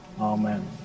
Amen